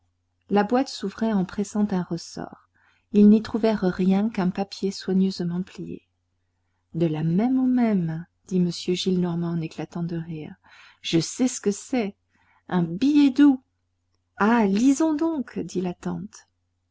la boîte s'ouvrait en pressant un ressort ils n'y trouvèrent rien qu'un papier soigneusement plié de la même au même dit m gillenormand éclatant de rire je sais ce que c'est un billet doux ah lisons donc dit